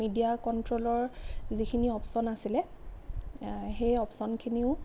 media কণ্ট্ৰ'লৰ যিখিনি অপছন আছিলে সেই অপছনখিনিও